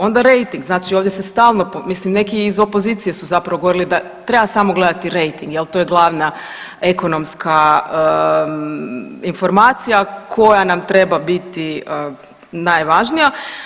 Onda rejting znači ovdje se stalno, mislim neki iz opozicije su zapravo govorili da treba samo gledati rejting jel to je glavna ekonomska informacija koja nam treba biti najvažnija.